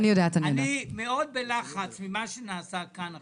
אני מאוד בלחץ ממה שנעשה כאן עכשיו.